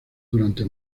durante